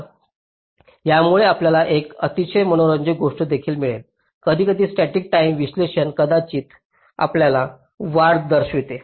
तर यामुळे आपल्याला एक अतिशय मनोरंजक गोष्ट देखील मिळेल कधीकधी स्टॅटिक टाईम विश्लेषक कदाचित आपल्याला वाढ दर्शवते